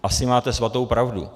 Asi máte svatou pravdu.